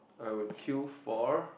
I would queue for